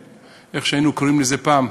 איך שהיינו קוראים לזה פעם,